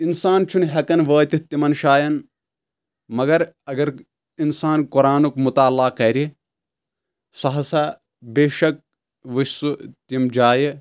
اِنسان چھُ نہٕ ہٮ۪کان وٲتِتھ تِمن جایَن مَگر اَگر اِنسان قۄرانُک مُطالعہ کَرِ سُہ ہسا بے شک وٕچھ سُہ تِم جایہِ